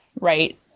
right